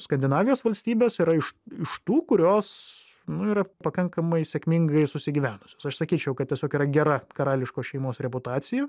skandinavijos valstybės yra iš iš tų kurios nu yra pakankamai sėkmingai susigyvenusios aš sakyčiau kad tiesiog yra gera karališkos šeimos reputacija